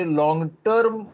long-term